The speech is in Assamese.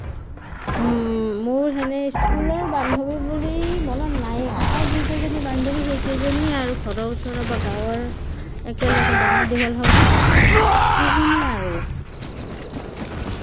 মোৰ সেনে স্কুলৰ বান্ধৱী বুলি মনত নাইয়েই কাষৰ যিকেইজনী বান্ধৱী সেই কেইজনীয়েই আৰু ঘৰৰ ওচৰৰ বা গাঁৱৰ একেলগে ডাঙৰ দীঘল হোৱা সেইখিনিয়েই আৰু